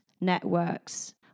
networks